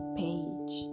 page